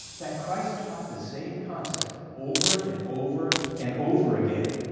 fact christ taught this same concept over and over and over again.